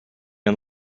and